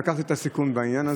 לקחתי את הסיכון בעניין הזה,